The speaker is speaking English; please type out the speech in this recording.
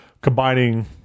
combining